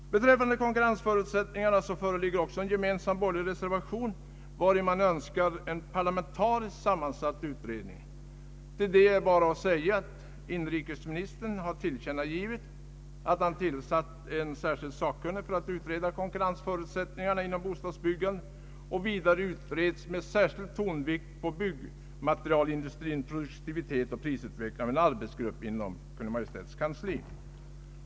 Beträffande konkurrensförutsättningarna föreligger också en gemensam borgerlig reservation, vari man önskar en parlamentariskt sammansatt utredning. Till detta är bara att säga, att inrikesministern tillkännagivit att han tillsatt en särskild sakkunnig för att utreda konkurrensförutsättningarna inom bostadsbyggandet. Vidare pågår en utredning med särskild tonvikt på byggmaterialindustrins produktivitetsoch prisutveckling av en arbetsgrupp inom Kungl. Maj:ts kansli.